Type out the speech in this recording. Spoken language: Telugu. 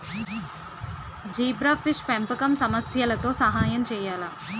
జీబ్రాఫిష్ పెంపకం సమస్యలతో సహాయం చేయాలా?